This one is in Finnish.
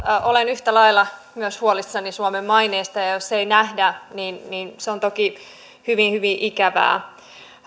olen yhtä lailla myös huolissani suomen maineesta ja jos sitä ei nähdä niin niin se on toki hyvin hyvin ikävää